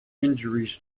injuries